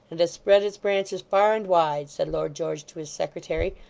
and has spread its branches far and wide said lord george to his secretary.